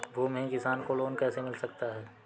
भूमिहीन किसान को लोन कैसे मिल सकता है?